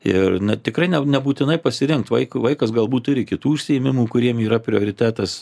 ir na tikrai nebūtinai pasiriunkt vaikui vaikas galbūt turi kitų užsiėmimų kuriems yra prioritetas